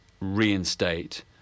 reinstate